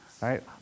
right